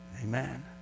amen